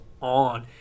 on